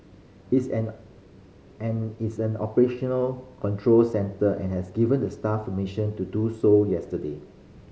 its and and its an operational control centre and has given the staff mission to do so yesterday